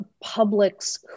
publics